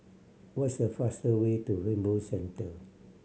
what's the faster way to Rainbow Centre